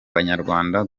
banyarwanda